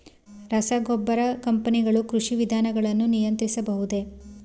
ರಸಗೊಬ್ಬರ ಕಂಪನಿಗಳು ಕೃಷಿ ವಿಧಾನಗಳನ್ನು ನಿಯಂತ್ರಿಸಬಹುದೇ?